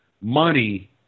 money